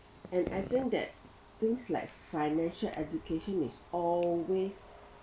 and as in that things like financial education is always